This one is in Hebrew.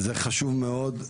זה חשוב מאוד.